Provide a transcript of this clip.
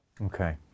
Okay